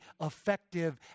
effective